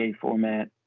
format